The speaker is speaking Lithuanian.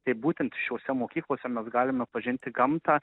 tai būtent šiose mokyklose mes galime pažinti gamtą